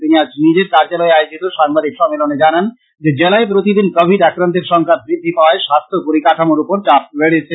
তিনি আজ নিজের কার্য্যলয়ে আয়োজিত সাংবাদিক সম্মেলনে জানান যে জেলায় প্রতিদিন কোবিড আক্রান্তের সংখ্যা বৃদ্ধি পাওয়ায় স্বাস্থ্য পরিকাঠামোর উপর চাপ বেড়েছে